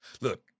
Look